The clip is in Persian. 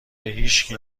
هیشکی